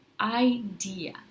idea